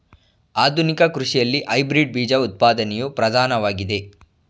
ಆಧುನಿಕ ಕೃಷಿಯಲ್ಲಿ ಹೈಬ್ರಿಡ್ ಬೀಜ ಉತ್ಪಾದನೆಯು ಪ್ರಧಾನವಾಗಿದೆ